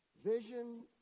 vision